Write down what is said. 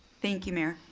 thank you mayor.